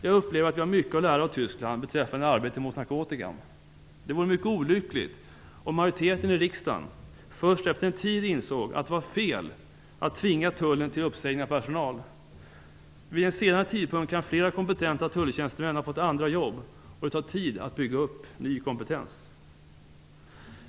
Jag upplever att vi har mycket att lära av Tyskland beträffande arbetet mot narkotikan. Det vore mycket olyckligt om majoriteten i riksdagen först efter en tid inser att det var fel att tvinga tullen till uppsägningar av personal. Vid en senare tidpunkt kan flera kompetenta tulltjänstemän ha fått andra jobb, och det tar tid att bygga upp ny kompetens.